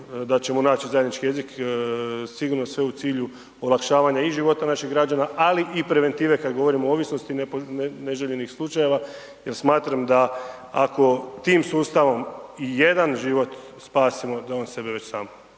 da ćemo naći zajednički jezik, sigurno sve u cilju olakšavanja i života naših građana, ali i preventive kada govorimo o ovisnosti neželjenih slučajeva, jer smatram da ako tim sustavom i jedan život spasimo, da on sebe već sam